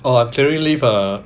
uh clearing leave ah